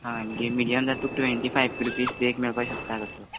आमगे मिडयम जात तुक ट्वँटी फायफ रुपीज एक मेळपा शकता तसो